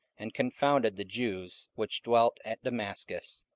and confounded the jews which dwelt at damascus,